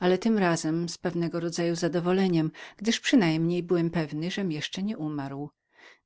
ale tym razem z wielką radością gdyż przynajmniej byłem pewny żem jeszcze nie umarł